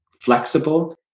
flexible